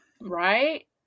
Right